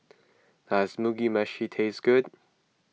does Mugi Meshi taste good